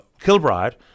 Kilbride